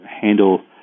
handle